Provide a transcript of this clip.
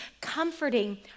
comforting